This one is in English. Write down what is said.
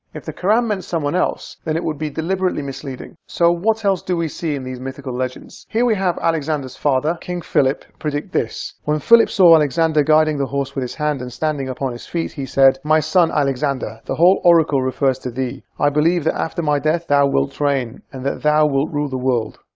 if the quran meant someone else then it would be deliberately misleading, so what else do we see in these mythical legends? here we have alexander's father, king philip predict this when philip saw alexander guiding the horse with his hand and standing upon his feet, he said my son alexander, the whole oracle refers to thee i believe that after my death thou wilt reign and that thou wilt rule the world.